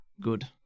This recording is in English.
Good